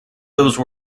those